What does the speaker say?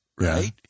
Right